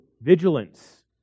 vigilance